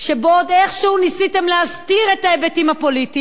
שבו עוד איכשהו ניסיתם להסתיר את ההיבטים הפוליטיים,